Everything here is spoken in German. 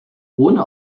ohne